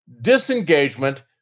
Disengagement